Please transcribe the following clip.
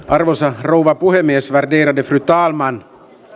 arvoisa rouva puhemies värderade fru talman